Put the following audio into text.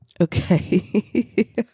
Okay